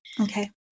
Okay